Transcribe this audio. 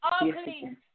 ugly